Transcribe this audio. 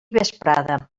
vesprada